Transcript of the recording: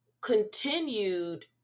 continued